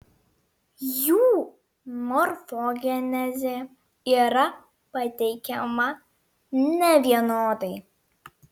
jų morfogenezė yra pateikiama nevienodai